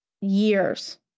years